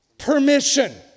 Permission